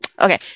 okay